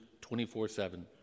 24-7